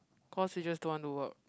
cause you just don't want to work